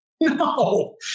No